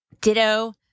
Ditto